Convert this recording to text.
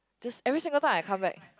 just every single time I come back